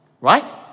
Right